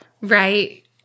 Right